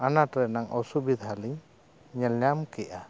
ᱟᱱᱟᱴ ᱨᱮᱱᱟᱝ ᱚᱥᱩᱵᱤᱫᱷᱟ ᱞᱤᱧ ᱧᱮᱞ ᱧᱟᱢ ᱠᱮᱜᱼᱟ